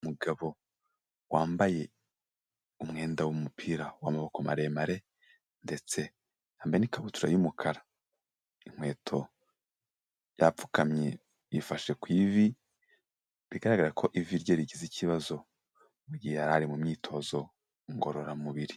Umugabo wambaye umwenda w'umupira w'amaboko maremare ndetse yambaye n'ikabutura y'umukara, inkweto yapfukamye yifashe ku ivi bigaragara ko ivi rye rigize ikibazo mu gihe yarari mu myitozo ngororamubiri.